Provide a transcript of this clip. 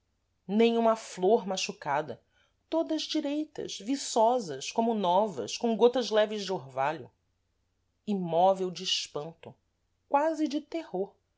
uma flor machucada todas direitas viçosas como novas com gotas leves de orvalho imóvel de espanto quási de terror